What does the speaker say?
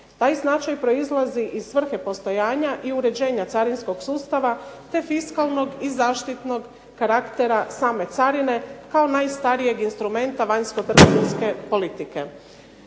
Taj značaj proizlazi iz svrhe postojanja i uređenja carinskog sustava, te fiskalnog i zaštitnog karaktera same carine, kao najstarijeg instrumenta vanjskotrgovinske politike.